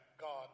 God